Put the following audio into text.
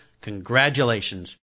congratulations